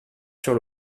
sur